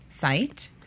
site